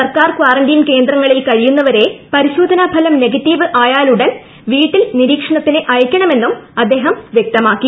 സർക്കാർ കാറന്റെൻ ക്കേന്ദ്രങ്ങളിൽ കഴിയുന്നവരെ പരിശോധന ഫലം നെഗറ്റീവ് ആയാലൂടൻ വീട്ടിൽ നിരീക്ഷണത്തിന് അയയ്ക്കണമെന്നും അദ്ദേഹം വ്യക്തമാക്കി